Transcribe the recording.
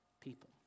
people